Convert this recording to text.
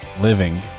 living